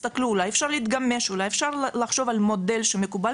שיקול דעת ותסתכלו אולי אפשר להתגמש ולחשוב על מודל שמקובל